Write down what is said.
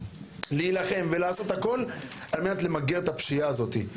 להילחם ולעשות הכול על מנת למגר את הפשיעה הזאת.